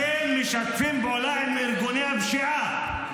אתם משתפים פעולה עם ארגוני הפשיעה.